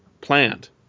plant